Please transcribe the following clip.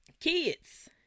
Kids